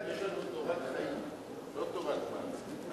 יש לנו תורת חיים, לא תורת, .